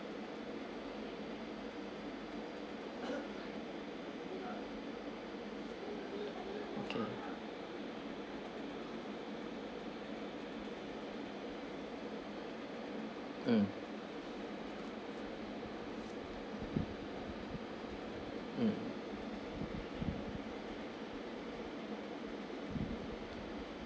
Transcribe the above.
okay mm mm